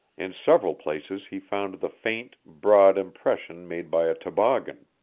in several places he found the faint, broad impression made by a toboggan.